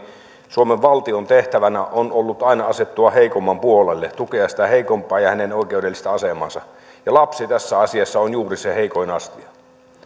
suomen valtion tehtävänä on ollut aina asettua heikomman puolelle tukea sitä heikompaa ja hänen oikeudellista asemaansa ja lapsi tässä asiassa on juuri se heikoin astia